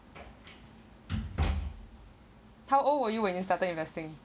how old were you when you started investing